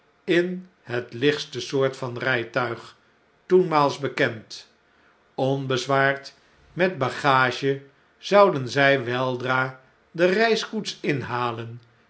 in het lichtste soort van rjjtuig toenmaals bekend onbezwaard met bagage zouden zjj weldra de reiskoets inhalen